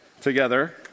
together